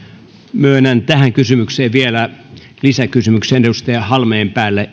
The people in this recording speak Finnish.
myönnän tähän kysymyksen vielä lisäkysymyksen edustaja halmeenpäälle